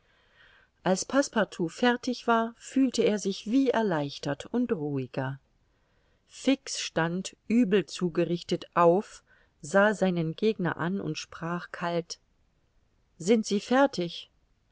als passepartout fertig war fühlte er sich wie erleichtert und ruhiger fix stand übel zugerichtet auf sah seinen gegner an und sprach kalt sind sie fertig